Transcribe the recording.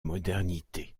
modernité